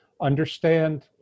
understand